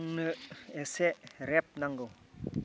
आंनो एसे रेप नांगौ